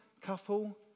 couple